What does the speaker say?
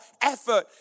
effort